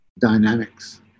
dynamics